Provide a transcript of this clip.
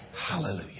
Hallelujah